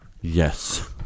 Yes